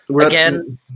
again